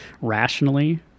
rationally